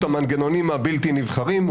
המנגנונים הבלתי נבחרים -- הכנסת למשל.